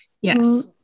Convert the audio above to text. yes